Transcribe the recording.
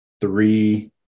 three